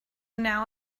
now